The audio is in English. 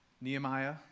Nehemiah